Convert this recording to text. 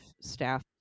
staff